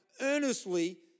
earnestly